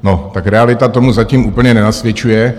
No, tak realita tomu zatím úplně nenasvědčuje.